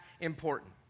important